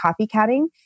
copycatting